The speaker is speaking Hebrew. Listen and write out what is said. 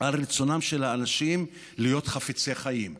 לרצונם של האנשים להיות חפצי חיים; אחרת,